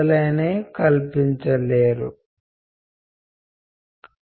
బహుశా కోక్ ప్రోత్సహించబడని కొన్ని సంస్కృతులు ఉండవచ్చు